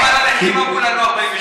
אם הצלחנו עם הנכים,